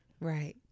Right